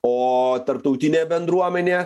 o tarptautinė bendruomenė